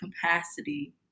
capacity